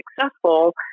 successful